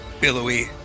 billowy